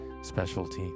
specialty